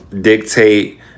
dictate